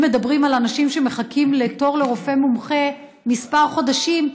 אם מדברים על אנשים שמחכים לתור לרופא מומחה כמה חודשים,